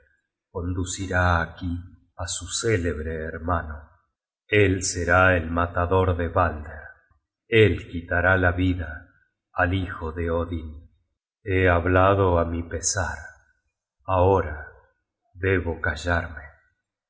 hoeder conducirá aquí á su célebre hermano él será el matador de balder él quitará la vida al hijo de odin he hablado á mi pesar ahora debo callarme